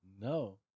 No